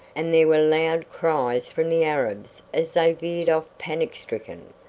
and there were loud cries from the arabs as they veered off panic-stricken.